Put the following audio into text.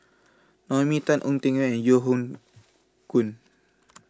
Naomi Tan Ong Tiong and Yeo Hoe Koon